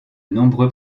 nombreux